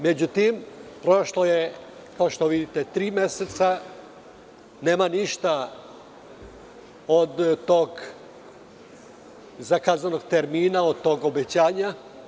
Međutim, prošlo je tri meseca i nema ništa od tog zakazanog termina, od tog obećanja.